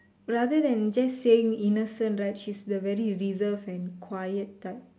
rather than just saying innocent right she's the very reserve and quiet type